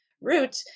root